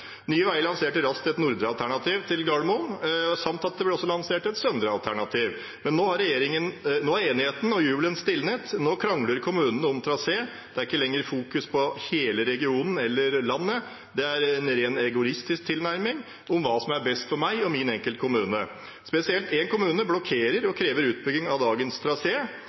Nye Veier lanserte raskt et nordre alternativ til Gardermoen samt at det ble lansert et søndre alternativ. Men nå har enigheten og jubelen stilnet. Nå krangler kommunene om trasé. Det er ikke lenger fokus på hele regionen eller landet – det er en ren egoistisk tilnærming om hva som er best for seg og sin kommune. Spesielt én kommune blokkerer og krever utbygging av dagens